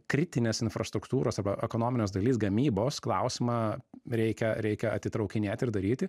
kritinės infrastruktūros arba ekonominės dalis gamybos klausimą reikia reikia atitraukinėt ir daryti